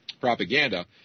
propaganda